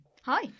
Hi